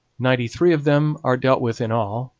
ninety-three of them are dealt with in all,